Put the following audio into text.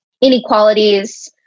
inequalities